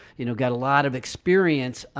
you know, got a lot of experience.